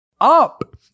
Up